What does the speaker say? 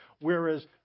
whereas